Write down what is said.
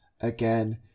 again